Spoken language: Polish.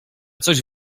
coś